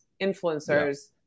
influencers